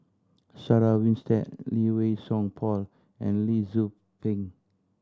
Sarah Winstedt Lee Wei Song Paul and Lee Tzu Pheng